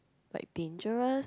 like dangerous